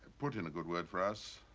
put in a good word for us.